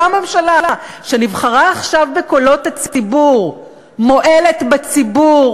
אותה ממשלה שנבחרה עכשיו בקולות הציבור מועלת בציבור